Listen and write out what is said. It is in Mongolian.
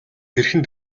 хэрхэн